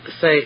say